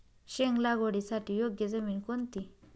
शेंग लागवडीसाठी योग्य जमीन कोणती?